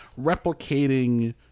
replicating